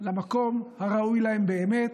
למקום הראוי להם באמת,